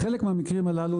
בחלק מהמקרים הללו,